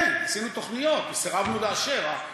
כן, עשינו תוכניות וסירבנו לאשר.